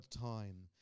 time